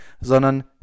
sondern